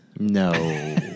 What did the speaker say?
No